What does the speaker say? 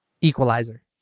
equalizer